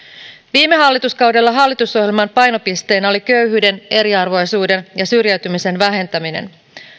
viime hallituskaudella hallitusohjelman painopisteenä oli köyhyyden eriarvoisuuden ja syrjäytymisen vähentäminen